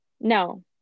No